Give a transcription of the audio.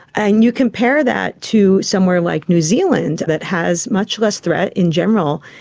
and you compare that to somewhere like new zealand that has much less threat in general,